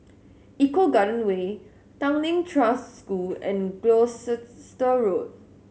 Eco Garden Way Tanglin Trust School and Gloucester Road